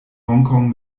hongkong